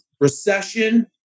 recession